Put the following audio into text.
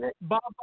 Bob